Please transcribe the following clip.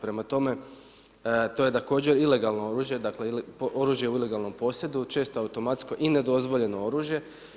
Prema tome, to je također ilegalno oružje, oružje u ilegalnom posjedu, često automatsko i nedozvoljeno oružje.